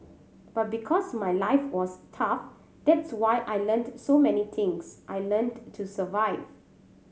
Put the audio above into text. but because my life was tough that's why I learnt so many things I learnt to survive